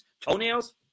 toenails